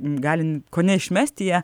gali kone išmesti ją